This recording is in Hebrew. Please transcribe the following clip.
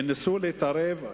ואנשי מקצוע ניסו להתערב.